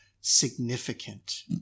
significant